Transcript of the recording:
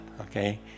okay